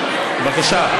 בבקשה.